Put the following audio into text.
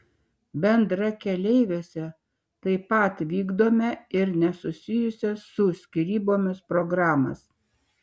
bendrakeleiviuose taip pat vykdome ir nesusijusias su skyrybomis programas